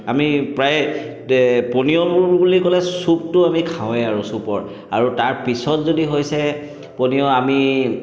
আমি প্ৰায় পনীয়বোৰ বুলি ক'লে ছুপটো আমি খাওঁৱেই আৰু ছুপৰ আৰু তাৰপিছত যদি হৈছে পনীয় আমি